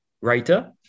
writer